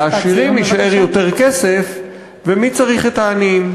לעשירים יישאר יותר כסף, ומי צריך את העניים?